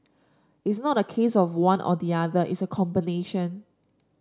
it's not a case of one or the other it's a combination